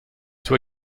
toi